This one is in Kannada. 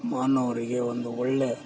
ಮಾನವರಿಗೆ ಒಂದು ಒಳ್ಳೇ